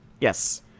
yes